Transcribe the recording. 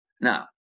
Now